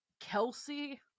Kelsey